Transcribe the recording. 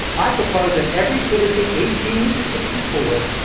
i propose that every citizen, eighteen to sixty four,